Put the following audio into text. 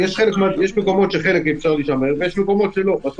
יש מקומות שבחלק אפשר להישמר ובחלק לא.